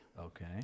Okay